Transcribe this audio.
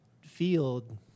field